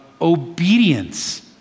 obedience